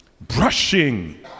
brushing